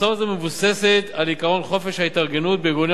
מסורת זו מבוססת על עקרון חופש ההתארגנות בארגוני